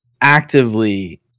actively